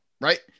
right